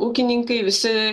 ūkininkai visi